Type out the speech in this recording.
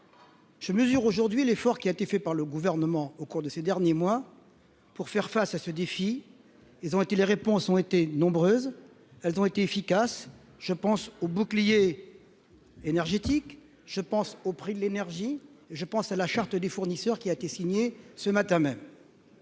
Je mesure aujourd'hui l'effort qui a été fait par le gouvernement au cours de ces derniers mois pour faire face à ce défi, ils ont été les réponses ont été nombreuses, elles ont été efficaces, je pense au bouclier énergétique, je pense au prix de l'énergie, je pense à la charte des fournisseurs qui a été signée ce matin même.